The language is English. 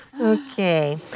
Okay